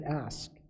ask